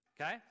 Okay